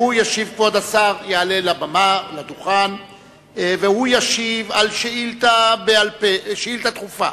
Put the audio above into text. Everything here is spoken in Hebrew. הוא יעלה לבמה וישיב על שאילתא דחופה